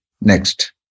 Next